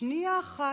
שנייה אחת,